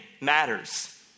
Matters